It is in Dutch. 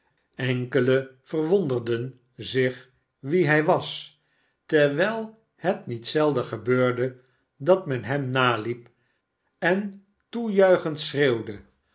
enkele verwonderden zich wie hij was terwijl het niet zelden gebeurde dat men hem naliep en toejuichend schreeuwde